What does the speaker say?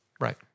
Right